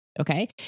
Okay